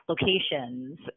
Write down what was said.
locations